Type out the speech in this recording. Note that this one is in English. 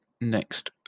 next